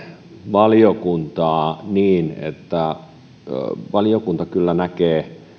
valiokuntaa niin että valiokunta kyllä näkee